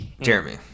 Jeremy